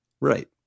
Right